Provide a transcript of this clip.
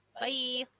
Bye